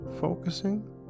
focusing